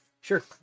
Sure